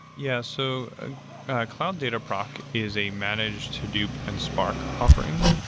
yeah. so ah cloud dataproc is a managed hadoop and spark offering.